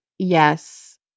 Yes